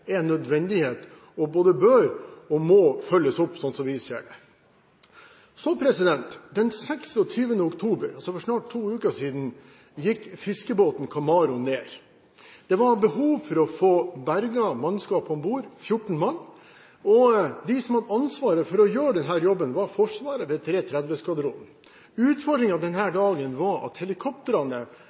er en nødvendighet, og både bør og må følges opp, sånn som vi ser det. Den 26. oktober, altså for snart to uker siden, gikk fiskebåten «Kamaro» ned. Det var behov for å få berget mannskapet om bord – 14 mann. De som hadde ansvaret for å gjøre denne jobben, var Forsvaret ved 330-skvadronen. Utfordringen denne dagen var at helikoptrene ikke var tilgjengelige på Banak fordi man slet med tekniske forhold som gjorde at